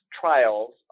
trials